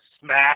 smash